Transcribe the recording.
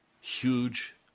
huge